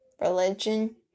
religion